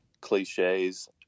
cliches